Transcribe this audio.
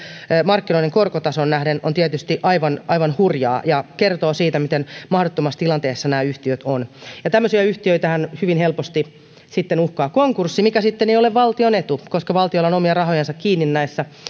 markkinoiden korkotasoon nähden on tietysti aivan aivan hurjaa ja kertoo siitä miten mahdottomassa tilanteessa nämä yhtiöt ovat tämmöisiä yhtiöitähän hyvin helposti sitten uhkaa konkurssi mikä sitten ei ole valtion etu koska valtiolla on omia rahojansa kiinni näissä